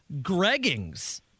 greggings